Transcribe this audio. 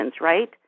right